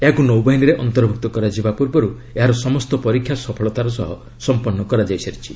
ଏହାକୁ ନୌବାହିନୀରେ ଅନ୍ତର୍ଭୁକ୍ତ କରାଯିବା ପୂର୍ବରୁ ଏହାର ସମସ୍ତ ପରୀକ୍ଷା ସଫଳତାର ସହ ସଂପନ୍ନ ହୋଇସାରିଛି